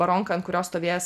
baronką ant kurios stovės